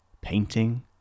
painting